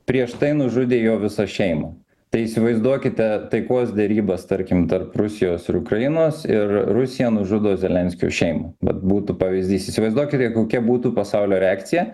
prieš tai nužudė jo visą šeimą tai įsivaizduokite taikos derybas tarkim tarp rusijos ir ukrainos ir rusija nužudo zelenskio šeimą vat būtų pavyzdys įsivaizduokite kokia būtų pasaulio reakcija